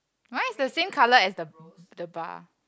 mine is the same colour as the the bar